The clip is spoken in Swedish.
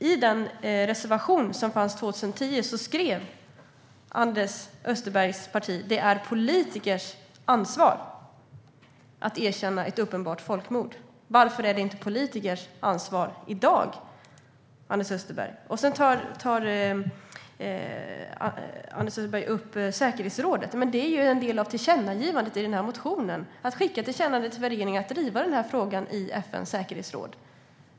I den reservation som fanns 2010 skrev Anders Österbergs parti att det är politikers ansvar att erkänna ett uppenbart folkmord. Varför är det inte politiker ansvar i dag, Anders Österberg? Sedan tar Anders Österberg upp säkerhetsrådet. Det är ju en del av tillkännagivandet i motionen. Förslaget är ju att skicka ett tillkännagivande till regeringen om att driva den här frågan i FN:s säkerhetsråd.